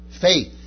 Faith